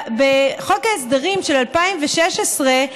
בחוק ההסדרים של 2016,